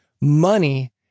Money